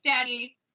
Daddy